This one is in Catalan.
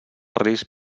risc